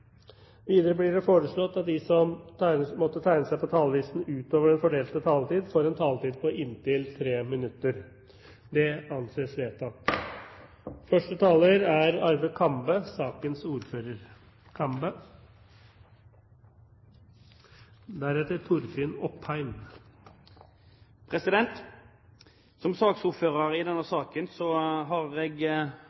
Videre blir det foreslått at de som måtte tegne seg på talerlisten utover den fordelte taletid, får en taletid på inntil 3 minutter. – Det anses vedtatt. Som saksordfører har jeg i denne